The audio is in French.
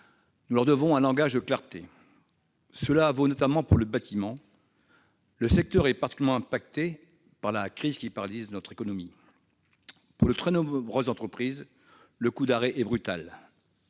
Nous leur devons un langage de clarté. Cela vaut notamment pour le bâtiment. Le secteur est particulièrement affecté par la crise qui paralyse notre économie. Pour de très nombreuses entreprises, le coup d'arrêt est brutal.